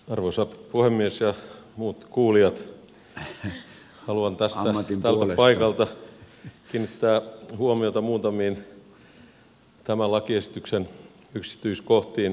arvoisa puhemies ja muut kuulijat haluan tältä paikalta kiinnittää huomiota muutamiin tämän lakiesityksen yksityiskohtiin